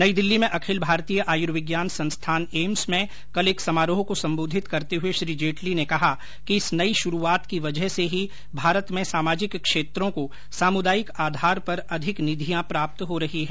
नई दिल्ली में अखिल भारतीय आयुर्विज्ञान संस्थान एम्स में कल एक समारोह को संबोधित करते हुए श्री जेटली ने कहा कि इस नई शुरुआत की वजह से ही भारत में सामजिक क्षेत्रों को समुदायिक आधार पर अधिक निधियां प्राप्त हो रही हैं